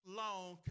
long